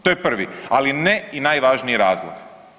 To je prvi, ali ne i najvažniji razlog.